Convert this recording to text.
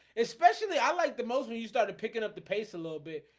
especially i like the mostly you started picking up the pace a little bit.